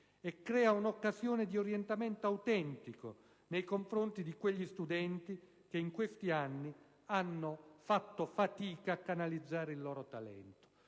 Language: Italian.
e crea un'occasione di orientamento autentico nei confronti di quegli studenti che in questi anni hanno fatto fatica a canalizzare il loro talento.